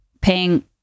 paying